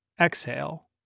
Exhale